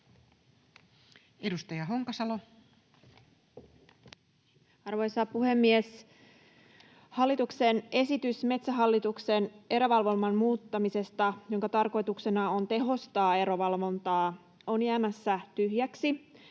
18:39 Content: Arvoisa puhemies! Hallituksen esitys Metsähallituksen erävalvonnan muuttamisesta, jonka tarkoituksena on tehostaa erävalvontaa, on jäämässä tyhjäksi,